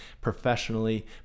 professionally